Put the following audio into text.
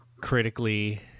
critically